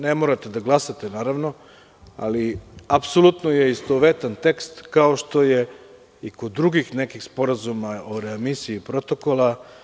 Ne morate da glasate, naravno, ali apsolutno je istovetan tekst, kao što je i kod nekih drugih sporazuma o readmisiji protokola.